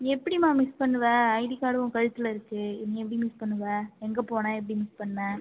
எப்படிமா மிஸ் பண்ணுவ ID card உன் கழுத்தில் இருக்கு நீ எப்படி மிஸ் பண்ணுவ எங்கே போன எப்படி மிஸ் பண்ண